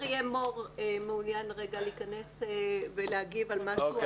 אריה מור מעוניין רגע להיכנס ולהגיב על משהו.